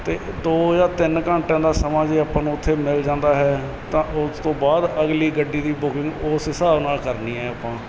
ਅਤੇ ਦੋ ਜਾਂ ਤਿੰਨ ਘੰਟਿਆਂ ਦਾ ਸਮਾਂ ਜੇ ਆਪਾਂ ਨੂੰ ਉੱਥੇ ਮਿਲ ਜਾਂਦਾ ਹੈ ਤਾਂ ਉਸ ਤੋਂ ਬਾਅਦ ਅਗਲੀ ਗੱਡੀ ਦੀ ਬੁਕਿੰਗ ਉਸ ਹਿਸਾਬ ਨਾਲ ਕਰਨੀ ਹੈ ਆਪਾਂ